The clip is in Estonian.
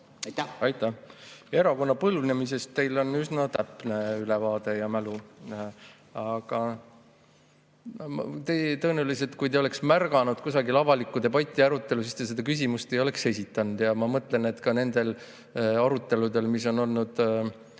oli. Aitäh! Erakonna põlvnemisest teil on üsna täpne ülevaade ja mälu, aga tõenäoliselt, kui te oleksite märganud kusagil avalikku debatti, arutelu, siis te seda küsimust ei oleks esitanud. Ma mõtlen, et ka nendel aruteludel, mis on olnud